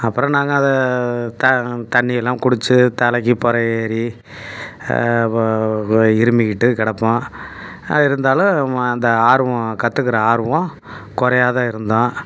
அப்புறம் நாங்கள் அதை த தண்ணியெல்லாம் குடித்து தலைக்கு புரை ஏறி இருமிக்கிட்டு கிடப்போம் அது இருந்தாலும் அந்த ஆர்வம் கற்றுக்கிற ஆர்வம் குறையாத இருந்தோம்